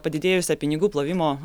padidėjusią pinigų plovimo